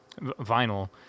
vinyl